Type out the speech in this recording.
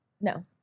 No